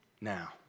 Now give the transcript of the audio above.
now